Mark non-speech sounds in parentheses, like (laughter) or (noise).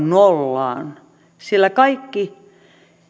(unintelligible) nollaan sillä kaikki